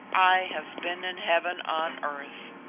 i have been in heaven on earth.